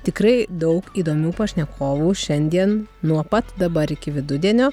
tikrai daug įdomių pašnekovų šiandien nuo pat dabar iki vidudienio